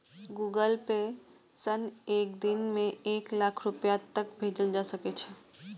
Google Pay सं एक दिन मे एक लाख रुपैया तक भेजल जा सकै छै